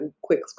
quick